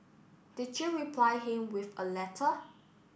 did you reply him with a letter